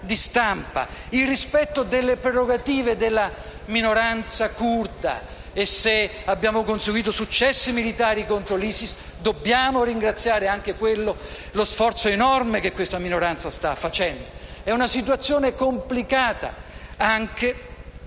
il rispetto delle prerogative della minoranza curda. E se abbiamo costruito successi militari contro l'ISIS, dobbiamo ringraziare anche quello sforzo enorme che questa minoranza sta facendo. È una situazione complicata anche dal